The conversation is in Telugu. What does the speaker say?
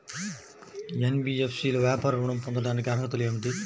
ఎన్.బీ.ఎఫ్.సి లో వ్యాపార ఋణం పొందటానికి అర్హతలు ఏమిటీ?